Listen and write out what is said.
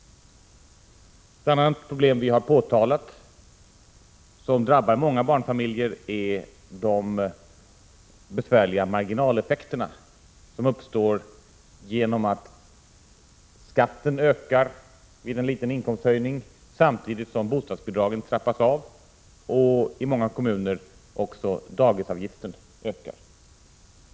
Bland de problem som vi har påtalat och som drabbar många barnfamiljer är de besvärliga marginaleffekter som uppstår genom att skatten ökar vid en inkomsthöjning samtidigt som bostadsbidragen trappas ner och, i många kommuner, dagisavgifterna ökar.